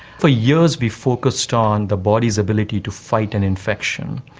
for years we focused on the body's ability to fight an infection.